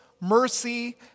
mercy